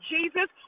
Jesus